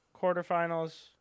Quarterfinals